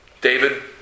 David